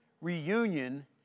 reunion